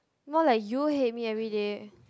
more like you hate me everyday